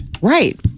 right